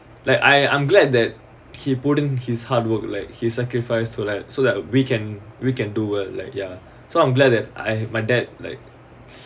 like I I'm glad that he put in his hard work like he sacrifice to like so that we can we can do it like ya so I'm glad that I my dad like